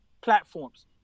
platforms